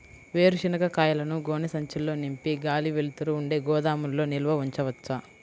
వేరుశనగ కాయలను గోనె సంచుల్లో నింపి గాలి, వెలుతురు ఉండే గోదాముల్లో నిల్వ ఉంచవచ్చా?